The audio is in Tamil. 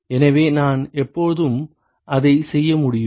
எனவே நான் எப்போதும் அதை செய்ய முடியும்